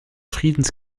friedens